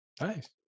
nice